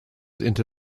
into